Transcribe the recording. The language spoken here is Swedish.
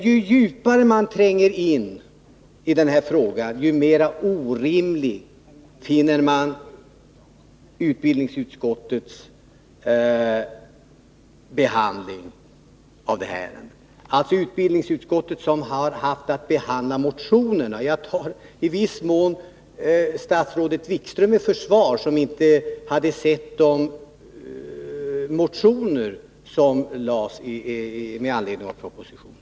Ju djupare jag tränger in i denna fråga, desto mer orimlig finner jag utbildningsutskottets behandling av ärendet. Jag tar i viss mån statsrådet Wikström i försvar, eftersom han ju inte hade sett de motioner som väcktes med anledning av propositionen.